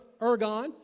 ergon